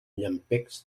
llampecs